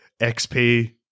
XP